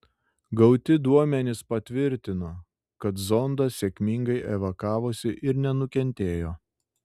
gauti duomenys patvirtino kad zondas sėkmingai evakavosi ir nenukentėjo